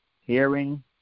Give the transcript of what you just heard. hearing